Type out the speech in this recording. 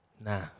Nah